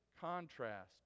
contrast